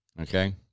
Okay